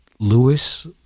Lewis